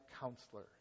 counselor